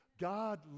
God